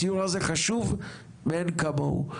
הסיור הזה חשוב מאין כמוהו.